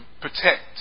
protect